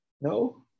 No